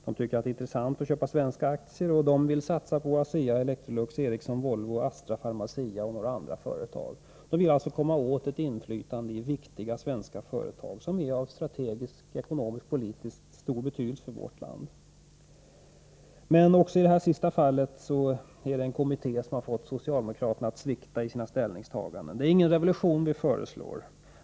De tycker det är intressant att köpa svenska aktier, och de vill satsa på ASEA, Electrolux, Ericsson, Volvo, Astra, Pharmacia och några andra. De vill alltså komma åt ett inflytande i viktiga svenska företag, som är av strategisk ekonomisk-politisk stor betydelse för vårt land. Men också i detta fall är det en kommitté som har fått socialdemokraterna att svikta i sina ställningstaganden. Det är ingen revolution som vi föreslår.